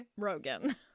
Rogen